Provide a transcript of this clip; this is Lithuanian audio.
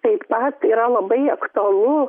taip pat yra labai aktualu